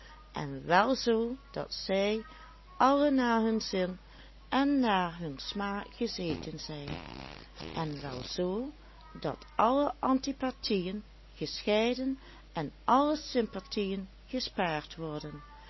en wel zoo dat zij alle naar hun zin en naar hun smaak gezeten zijn en wel zoo dat alle antipathieën gescheiden en alle sympathieën gespaard worden